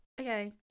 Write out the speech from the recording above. Okay